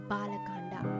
Balakanda